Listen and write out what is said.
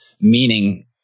meaning